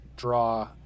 draw